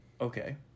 Okay